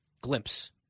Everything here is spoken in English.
glimpse